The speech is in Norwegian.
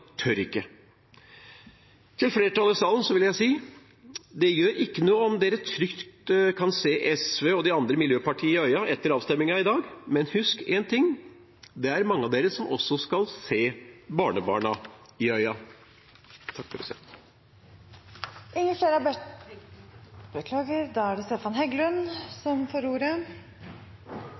tør ikke. Til flertallet i salen vil jeg si at det gjør ikke noe om de ser SV og de andre miljøpartiene i øynene etter avstemningen i dag – det kan de trygt gjøre. Men husk én ting: Det er mange som også skal se barnebarna i